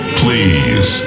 please